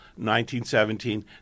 1917